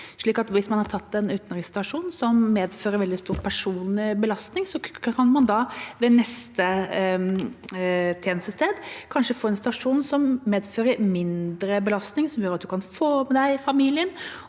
hvis man har tatt en utenriksstasjon som medfører veldig stor personlig belastning, kan man da ved neste tjenestested kanskje få en stasjon som medfører mindre belastning, som gjør at en kan få med seg familien,